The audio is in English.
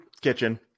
kitchen